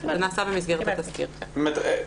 הבנתי.